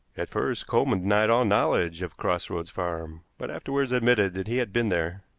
at first coleman denied all knowledge of cross roads farm, but afterward admitted that he had been there.